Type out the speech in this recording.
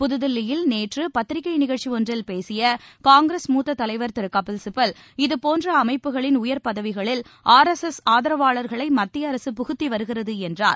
புதுதில்லியில் நேற்றுபத்திரிகைநிகழ்ச்சிஒன்றில் பேசியகாங்கிரஸ் மூத்தத் தலைவர் திருகபில்சிபல் இதுபோன்றஅமைப்புகளின் பதவிகளில் உயர் ஆர்எஸ்எஸ் ஆதரவாளர்களைமத்தியஅரசு புகுத்திவருகிறதுஎன்றார்